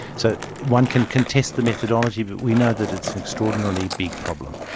so one can contest the methodology, but we know that it's an extraordinarily big problem.